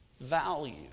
value